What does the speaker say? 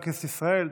בכנסת ישראל.